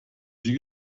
sie